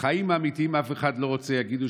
"בחיים האמיתיים אף אחד לא רוצה שיגידו,